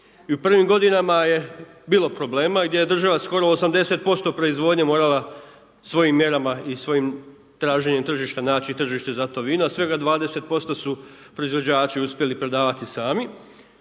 I u prvim godinama je bilo problema gdje je država skoro 80% proizvodnje morala svojim mjerama i svojim traženjem tržišta naći tržište za to vino, a svega 20% su proizvođači uspjeli prodavati sami.